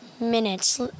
minutes